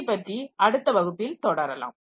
இதைப்பற்றி அடுத்த வகுப்பில் தொடரலாம்